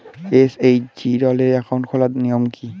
SHG দলের account খোলার নিয়ম কী?